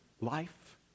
Life